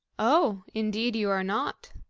oh! indeed you are not.